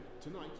tonight